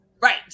Right